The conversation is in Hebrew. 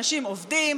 אנשים עובדים,